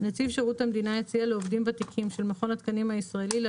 שירות המדינה יציע לעובדים ותיקים של מכון התקנים הישראלי,